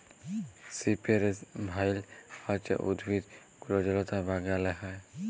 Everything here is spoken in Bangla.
সিপেরেস ভাইল হছে উদ্ভিদ কুল্জলতা বাগালে হ্যয়